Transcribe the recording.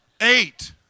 Eight